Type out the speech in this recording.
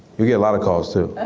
you'll get a lot of calls too.